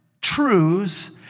truths